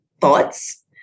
thoughts